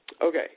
Okay